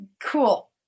Cool